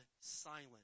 silent